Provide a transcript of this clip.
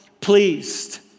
pleased